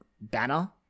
banner